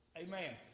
Amen